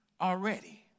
already